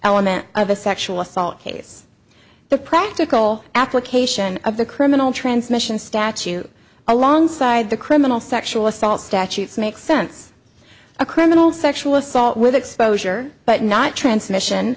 element of a sexual assault case the practical application of the criminal transmission statute alongside the criminal sexual assault statutes makes sense a criminal sexual assault with exposure but not transmission